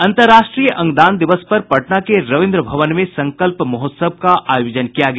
अंतराष्ट्रीय अंगदान दिवस पर आज पटना के रविन्द्र भवन में संकल्प महोत्सव का आयोजन किया गया